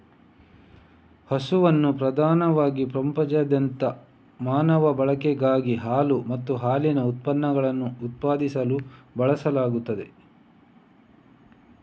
ಹಸುವನ್ನು ಪ್ರಧಾನವಾಗಿ ಪ್ರಪಂಚದಾದ್ಯಂತ ಮಾನವ ಬಳಕೆಗಾಗಿ ಹಾಲು ಮತ್ತು ಹಾಲಿನ ಉತ್ಪನ್ನಗಳನ್ನು ಉತ್ಪಾದಿಸಲು ಬಳಸಲಾಗುತ್ತದೆ